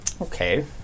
Okay